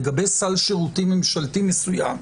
לגבי סל שירותים ממשלתי מסוים,